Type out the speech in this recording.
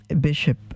Bishop